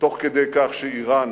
תוך כדי כך שאירן